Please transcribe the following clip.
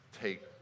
take